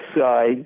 side